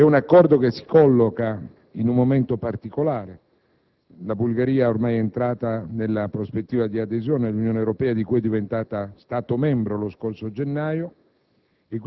E[]un Accordo che si colloca in un momento particolare. La Bulgaria e ormai entrata nella prospettiva di adesione all’Unione Europea, di cui ediventata Stato membro lo scorso gennaio.